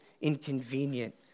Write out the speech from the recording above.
inconvenient